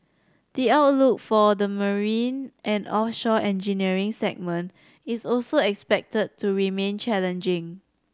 the outlook for the marine and offshore engineering segment is also expected to remain challenging